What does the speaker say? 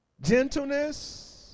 Gentleness